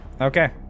Okay